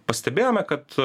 pastebėjome kad